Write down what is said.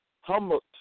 Humble